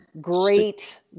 great